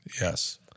Yes